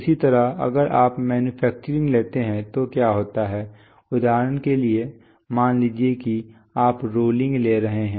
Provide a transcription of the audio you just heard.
इसी तरह अगर आप मैन्युफैक्चरिंग लेते हैं तो क्या होता है उदाहरण के लिए मान लीजिए कि आप रोलिंग ले रहे हैं